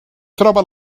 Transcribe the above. troba